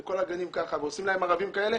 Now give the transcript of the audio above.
זה כל הגנים ככה ועושים להם ערבים כאלה.